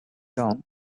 down